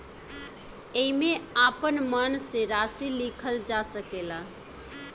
एईमे आपन मन से राशि लिखल जा सकेला